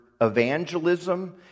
evangelism